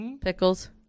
Pickles